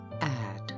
Add